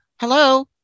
Hello